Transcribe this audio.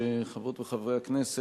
חברות וחברי הכנסת,